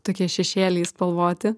tokie šešėliai spalvoti